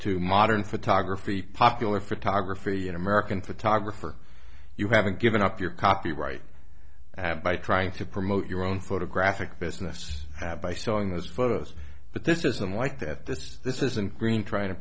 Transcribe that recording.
to modern photography popular photography in american photographer you haven't given up your copyright have by trying to promote your own photographic business have by selling those photos but this isn't like that this this isn't green trying to